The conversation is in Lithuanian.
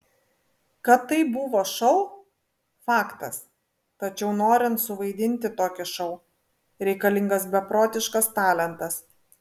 kad tai buvo šou faktas tačiau norint suvaidinti tokį šou reikalingas beprotiškas talentas